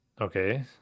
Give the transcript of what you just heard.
Okay